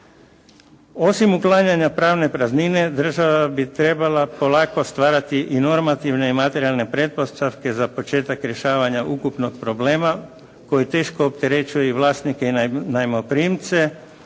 Osim uklanjanja pravne praznine država bi trebala polako stvarati i normativne i materijalne pretpostavke za početak rješavanja ukupnog problema koji teško opterećuje i vlasnike i najmoprimce,